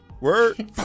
Word